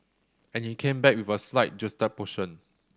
and he came back with a slight juxtaposition